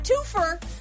twofer